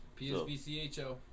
PSBCHO